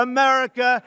America